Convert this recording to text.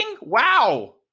Wow